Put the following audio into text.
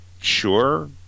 sure